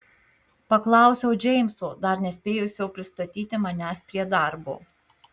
paklausiau džeimso dar nespėjusio pristatyti manęs prie darbo